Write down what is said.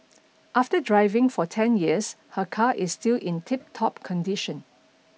after driving for ten years her car is still in tiptop condition